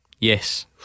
Yes